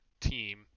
team